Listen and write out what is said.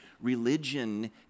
religion